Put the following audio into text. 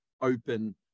open